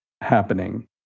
happening